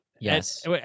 Yes